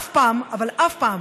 אף פעם, אבל אף פעם,